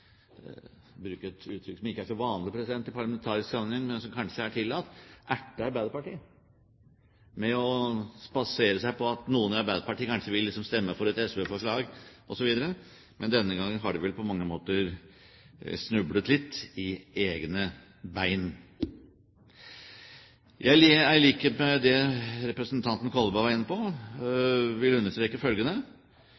bruke et uttrykk som ikke er så vanlig i parlamentarisk sammenheng, men som kanskje er tillatt – til å erte Arbeiderpartiet ved å basere seg på at noen i Arbeiderpartiet kanskje vil stemme for et SV-forslag. Denne gangen har de vel på mange måter snublet litt i egne ben. I likhet med det representanten Kolberg var inne på,